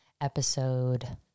episode